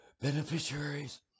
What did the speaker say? beneficiaries